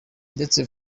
ndetse